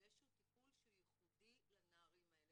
ויש עוד טיפול שהוא ייחודי לנערים האלה,